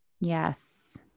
Yes